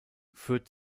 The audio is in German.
führt